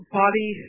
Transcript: body